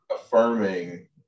affirming